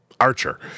Archer